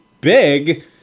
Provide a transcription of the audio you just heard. big